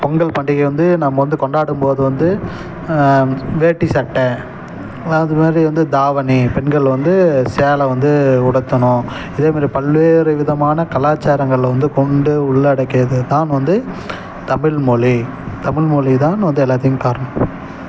பொங்கல் பண்டிகை வந்து நம்ம வந்து கொண்டாடும்போது வந்து வேட்டி சட்டை அது மாதிரி வந்து தாவணி பெண்கள் வந்து சேலை வந்து உடுத்தணும் இதே மாதிரி பல்வேறு விதமான கலாச்சாரங்கள் வந்து கொண்டு உள்ளடக்கியது தான் வந்து தமிழ்மொழி தமிழ்மொழிதான் வந்து எல்லாத்துயும் காரணம்